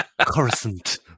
Coruscant